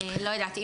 לא יודעת,